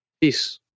Peace